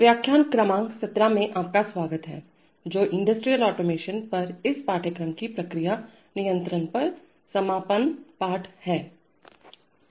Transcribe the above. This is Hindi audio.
व्याख्यान संख्या 17 में आपका स्वागत है जो इंडस्ट्रियल ऑटोमेशन पर इस पाठ्यक्रम की प्रक्रिया नियंत्रण पर समापन पाठ है